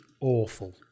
awful